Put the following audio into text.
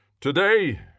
Today